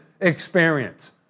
experience